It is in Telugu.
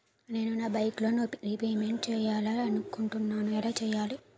నేను నా బైక్ లోన్ రేపమెంట్ చేయాలనుకుంటున్నా ఎలా చేయాలి?